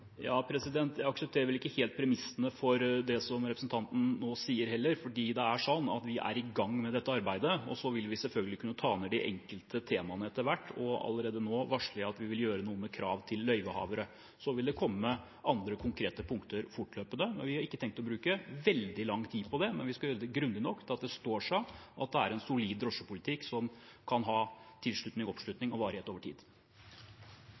gang med dette arbeidet, og så vil vi selvfølgelig kunne ta ned de enkelte temaene etter hvert. Allerede nå varsler jeg at vi vil gjøre noe med krav til løyvehavere. Så vil det komme andre konkrete punkter fortløpende. Vi har ikke tenkt å bruke veldig lang tid på det, men vi skal gjøre det grundig nok til at det står seg, at det er en solid drosjepolitikk som kan ha tilslutning, oppslutning og varighet over tid.